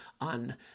on